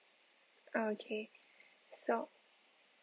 okay so